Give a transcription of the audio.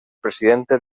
presidente